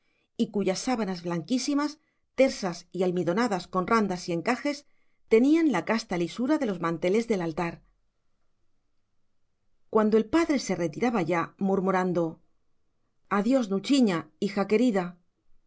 y cuyas sábanas blanquísimas tersas y almidonadas con randas y encajes tenían la casta lisura de los manteles de altar cuando el padre se retiraba ya murmurando adiós nuchiña hija querida